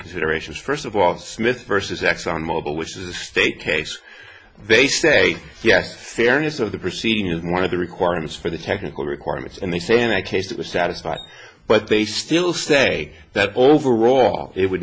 considerations first of all smith versus exxon mobil which is a state case they say yes serious of the proceeding is one of the requirements for the technical requirements and they say in that case it was satisfied but they still say that all overall it would